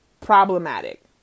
Problematic